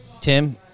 Tim